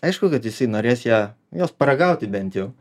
aišku kad jisai norės ją jos paragauti bent jau